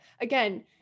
again